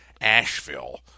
Asheville